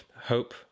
hope